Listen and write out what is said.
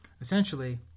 Essentially